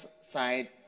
side